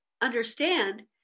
understand